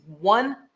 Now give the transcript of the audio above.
one